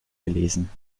gelesen